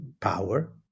Power